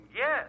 Yes